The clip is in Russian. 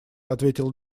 ответил